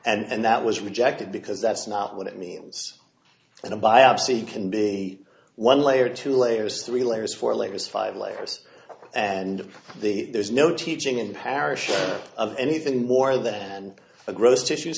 layers and that was rejected because that's not what it means in a biopsy can be one layer two layers three layers four layers five layers and the there is no teaching in the parish of anything more than a gross tissue